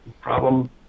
problem